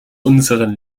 unseren